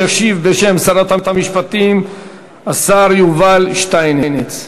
ישיב בשם שרת המשפטים השר יובל שטייניץ.